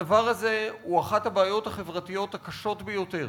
הדבר הזה הוא אחת הבעיות החברתיות הקשות ביותר